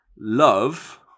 Love